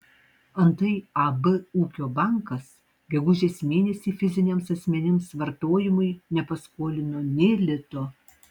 antai ab ūkio bankas gegužės mėnesį fiziniams asmenims vartojimui nepaskolino nė lito